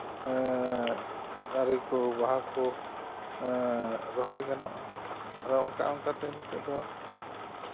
ᱫᱟᱨᱮ ᱠᱚ ᱵᱟᱦᱟ ᱠᱚ ᱨᱚᱦᱚᱭ ᱜᱟᱱᱚᱜᱼᱟ ᱟᱫᱚ ᱚᱱᱠᱟ ᱚᱱᱠᱟ ᱛᱮ ᱱᱤᱛᱚᱜ ᱫᱚ